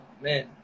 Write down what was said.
Man